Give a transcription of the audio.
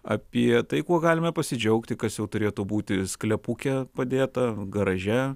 apie tai kuo galime pasidžiaugti kas jau turėtų būti sklepuke padėta garaže